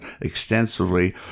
extensively